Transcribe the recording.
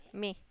May